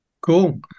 Cool